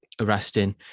arresting